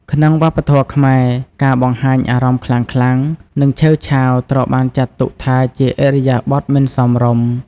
ក្នុងវប្បធម៌៌ខ្មែរ ការបង្ហាញអារម្មណ៍ខ្លាំងៗ និង ឆេវឆាវត្រូវបានចាត់ទុកថាជាឥរិយាបថមិនសមរម្យ។